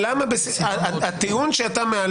אם בתקופת הבחירות אנו מונעים את